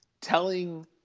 telling